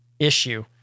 issue